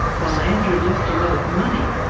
while andrew lost a lot of money,